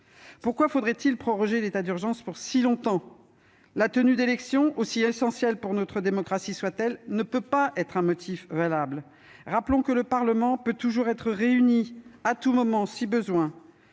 Pourquoi faudrait-il proroger l'état d'urgence pour si longtemps ? La tenue d'élections, aussi essentielles pour notre démocratie soient-elles, ne peut pas être un motif valable. Rappelons que le Parlement peut toujours être réuni, à tout moment si besoin.